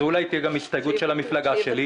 וזה אולי תהיה גם הסתייגות של המפלגה שלי,